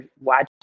watch